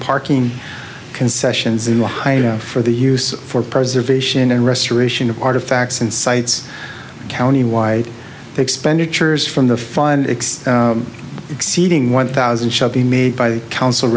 parking concessions in ohio for the use for preservation and restoration of artifacts and sites county wide expenditures from the fund it exceeding one thousand shall be made by the council